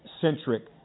centric